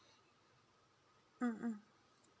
mm mm